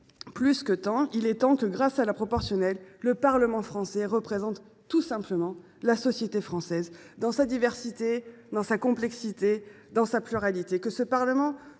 plus que temps que, grâce à la proportionnelle, le Parlement français représente tout simplement la société française dans sa diversité, dans sa complexité, dans sa pluralité. Il est temps